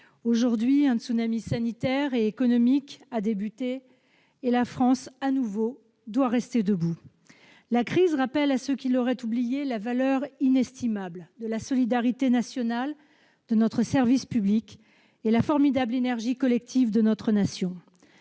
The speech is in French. Aujourd'hui, un tsunami sanitaire et économique a débuté, et la France, de nouveau, doit rester debout. La crise rappelle, à ceux qui l'auraient oubliée, la valeur inestimable de la solidarité nationale, de notre service public, et la formidable énergie collective qui anime notre Nation.